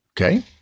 Okay